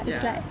ya